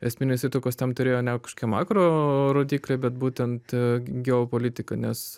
esminės įtakos tam turėjo ne kažkokie makro rodikliai bet būtent geopolitika nes